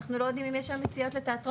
אנחנו לא יודעים אם יש היום יציאות לתיאטראות.